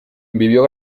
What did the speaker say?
vivió